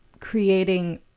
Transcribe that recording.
creating